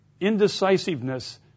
indecisiveness